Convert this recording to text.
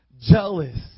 jealous